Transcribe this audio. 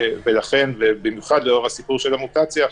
במיוחד לאור המוטציה.